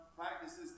practices